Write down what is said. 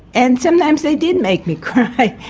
and sometimes they did make me cry.